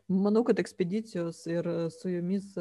manau kad ekspedicijos ir su jumis